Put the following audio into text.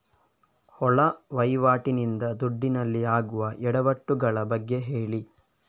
ಒಳ ವಹಿವಾಟಿ ನಿಂದ ದುಡ್ಡಿನಲ್ಲಿ ಆಗುವ ಎಡವಟ್ಟು ಗಳ ಬಗ್ಗೆ ಹೇಳಿ